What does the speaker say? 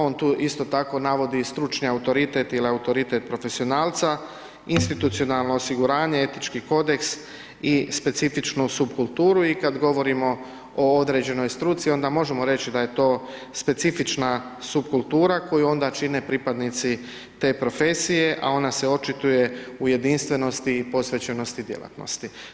On tu isto tako navodi i stručni autoritet il autoritet profesionalca, institucionalno osiguranje, etički kodeks i specifičnu subkulturu i kad govorimo o određenoj struci, onda možemo reći da je to specifična supkultura koju onda čine pripadnici te profesije, a ona se očituje u jedinstvenosti i posvećenosti djelatnosti.